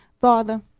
Father